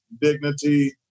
dignity